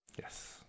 Yes